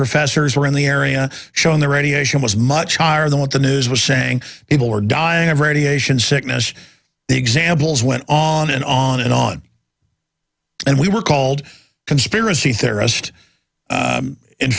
professors were in the area showing the radiation was much higher than what the news was saying people were dying of radiation sickness the examples went on and on and on and we were called conspiracy theorist